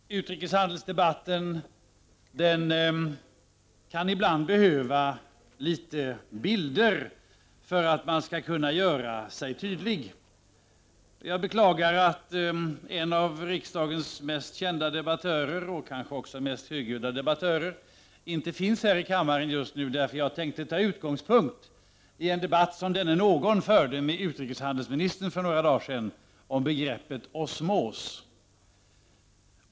Herr talman! Utrikeshandelsdebatten kan ibland behöva litet bilder för att man skall kunna göra sig tydlig. Jag beklagar att en av riksdagens mest kända, och kanske också en av dess mest högljudda, debattörer inte finns här i kammaren just nu. Jag tänkte nämligen ta min utgångspunkt i en debatt som denne någon förde med utrikeshandelsministern för några dagar sedan om begreppet osmos.